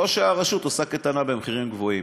או שהרשות עושה קייטנה במחירים גבוהים.